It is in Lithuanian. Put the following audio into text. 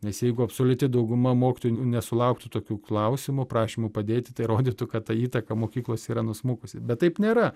nes jeigu absoliuti dauguma mokytojų nesulauktų tokių klausimų prašymų padėti tai rodytų kad ta įtaka mokyklose yra nusmukusi bet taip nėra